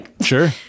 Sure